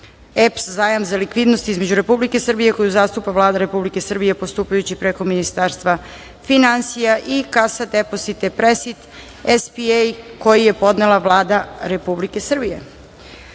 (EPS Zajam za likvidnost) između Republike Srbije, koju zastupa Vlada Republike Srbije, postupajući preko Ministarstva finansija i Cassa Depositi e Prestiti S.p.A, koji je podnela Vlada Republike Srbije;24.